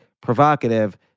provocative